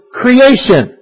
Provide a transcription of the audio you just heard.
creation